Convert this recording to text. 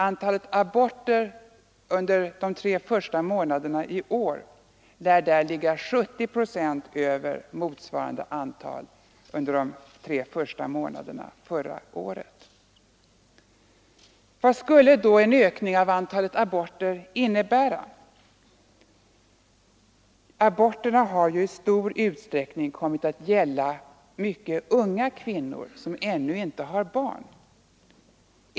Antalet aborter under de tre första månaderna i år lär där ligga 70 procent högre än under de tre första månaderna förra året. Vad skulle då en ökning av antalet aborter innebära? Aborterna har ju i stor utsträckning kommit att gälla mycket unga kvinnor, som ännu inte har barn.